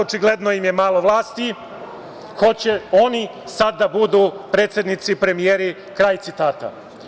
Očigledno im je malo vlasti, hoće oni sada da budu predsednici, premijeri“, kraj citata.